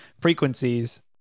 frequencies